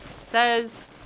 says